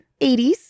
80s